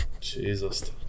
Jesus